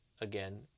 Again